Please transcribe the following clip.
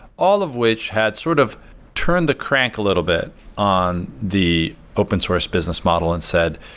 all of which had sort of turned the crank a little bit on the open source business model and said,